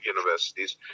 universities